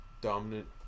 dominant